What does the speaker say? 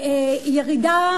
ירידה,